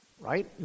right